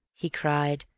he cried,